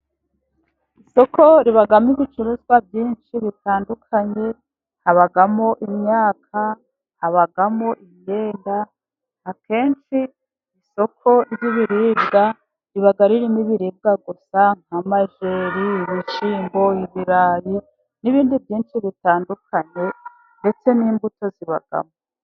Isoko ribamo ibicuruzwa byinshi bitandukanye, habamo imyaka, habamo imyenda, akenshi isoko ry'ibiribwa riba ririmo ibiribwa gusa nk'amajeri, ibishyimbo, ibirayi n'ibindi byinshi bitandukanye ndetse n'imbuto zibamo.